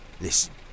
Listen